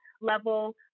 level